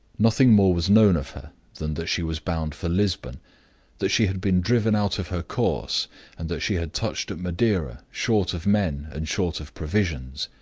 nothing more was known of her than that she was bound for lisbon that she had been driven out of her course and that she had touched at madeira, short of men and short of provisions.